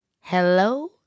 Hello